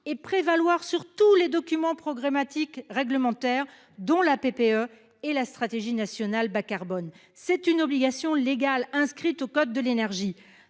et prévaloir sur tous les documents programmatiques réglementaire dont la TPE et la stratégie nationale bas-carbone. C'est une obligation légale inscrite au Code de l'énergie.